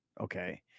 Okay